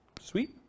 Sweet